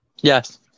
Yes